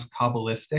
Kabbalistic